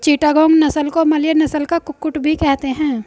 चिटागोंग नस्ल को मलय नस्ल का कुक्कुट भी कहते हैं